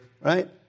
right